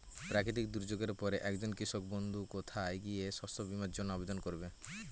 প্রাকৃতিক দুর্যোগের পরে একজন কৃষক বন্ধু কোথায় গিয়ে শস্য বীমার জন্য আবেদন করবে?